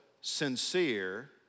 sincere